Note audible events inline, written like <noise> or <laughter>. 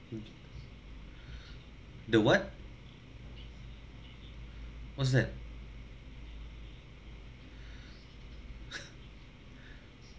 the what what's that <laughs>